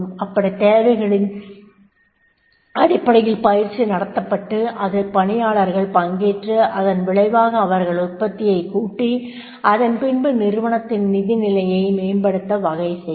அப்படித் தேவைகளின் அடிப்படையில் பயிற்சி நடத்தப்பட்டு அதில் பணியாளர்கள் பங்கேற்று அதன் விளைவாக அவர்கள் உற்பத்தியைக் கூட்டி அது பின்பு நிறுவனத்தின் நிதி நிலையை மேம்படுத்த வகை செய்யும்